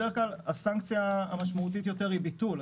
בדרך כלל הסנקציה המשמעותית ביותר היא ביטול,